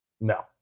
No